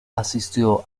asistió